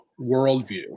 worldview